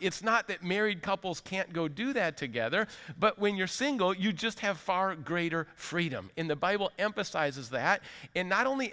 it's not that married couples can't go do that together but when you're single you just have far greater freedom in the bible emphasizes that not only